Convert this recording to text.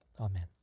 Amen